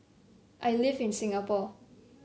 I live in Singapore